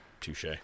Touche